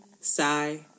sigh